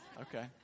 Okay